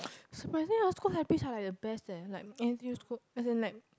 surprising I was quite happy sia like the best eh like as in like